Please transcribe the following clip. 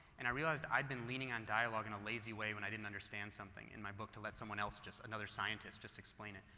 and i realized i've been leaning on dialog in a lazy way when i didn't understand something in my book to let someone else just another scientist just explain it.